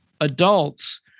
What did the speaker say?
adults